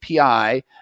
api